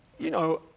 you know,